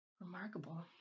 Remarkable